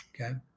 okay